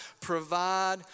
provide